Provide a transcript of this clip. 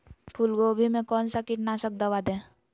फूलगोभी में कौन सा कीटनाशक दवा दे?